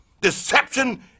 deception